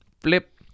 Flip